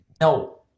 No